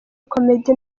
comedy